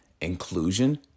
inclusion